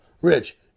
Rich